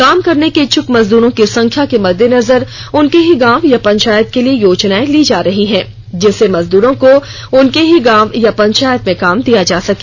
काम करने के इच्छुक मजदूरों की संख्या के मद्देनजर उनके ही गांव या पंचायत के लिए योजनाएं ली जा रही हैं जिससे मजदूरों को उनके ही गांव या पंचायत में काम दिया जा सके